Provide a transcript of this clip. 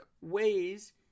ways